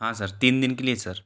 हाँ सर तीन दिन के लिए सर